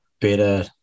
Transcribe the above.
better